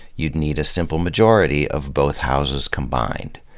you'd need a simple majority of both houses combined.